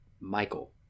Michael